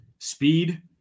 Speed